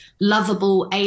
lovable